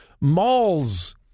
malls